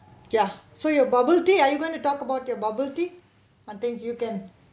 ya so your bubble tea are you going to talk about your bubble tea I think you can